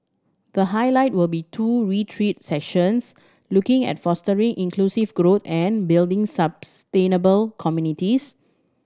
the highlight will be two retreat sessions looking at fostering inclusive growth and building sustainable communities